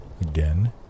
again